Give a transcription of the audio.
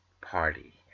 party